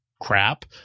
crap